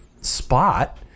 spot